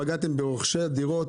פגעתם ברוכשי הדירות.